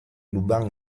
lubang